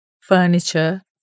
furniture